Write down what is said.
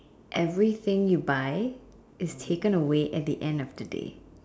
everything you buy is taken away at the end of the day